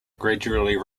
gradually